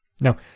now